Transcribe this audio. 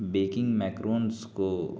baking macarons کو